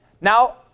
Now